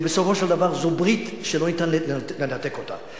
ובסופו של דבר זו ברית שאי-אפשר לנתק אותה.